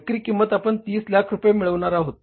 विक्री किंमत आपण तीस लाख रुपये मिळवणार आहोत